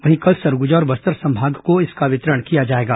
वहीं कल सरगुजा और बस्तर संभाग को इसका वितरण किया जाएगा